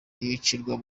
bicirwa